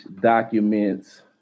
documents